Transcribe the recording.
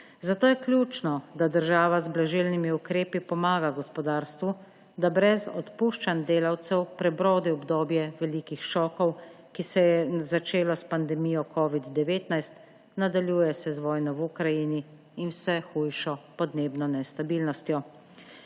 Zato je ključno, da država z blažilnimi ukrepi pomaga gospodarstvu, da brez odpuščanj delavcev prebrodi obdobje velikih šokov, ki se je začelo s pandemijo covida-19, nadaljuje se z vojno v Ukrajini in vse hujšo podnebno nestabilnostjo.